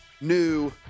new